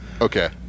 Okay